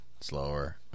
slower